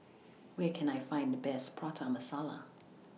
Where Can I Find The Best Prata Masala